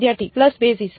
વિદ્યાર્થી pulse basis